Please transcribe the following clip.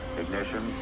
ignition